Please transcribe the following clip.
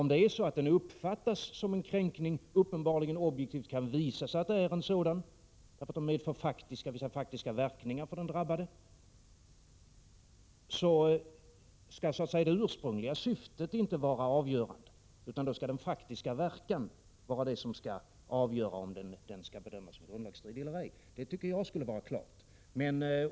Om bestämmelsen uppfattas som en kränkning och det uppenbarligen och objektivt kan visas att det är fråga om en sådan, därför att bestämmelsen medför vissa faktiska verkningar för den drabbade, så skall det ursprungliga syftet inte vara avgörande, utan den faktiska verkan skall vara avgörande för om bestämmelsen skall betraktas som grundlagsstridig eller ej. Detta tycker jag skulle vara klart.